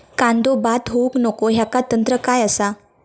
कांदो बाद होऊक नको ह्याका तंत्र काय असा?